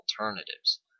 alternatives